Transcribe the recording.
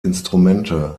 instrumente